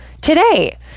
Today